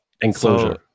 Enclosure